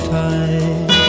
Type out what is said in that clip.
time